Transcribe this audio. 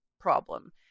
problem